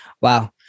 Wow